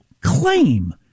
claim